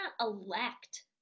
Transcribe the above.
elect